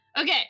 okay